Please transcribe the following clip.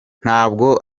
ntabwo